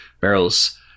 barrels